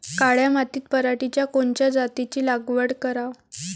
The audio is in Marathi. काळ्या मातीत पराटीच्या कोनच्या जातीची लागवड कराव?